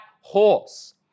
horse